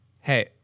Hey